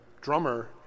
drummer